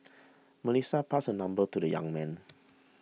Melissa passed her number to the young man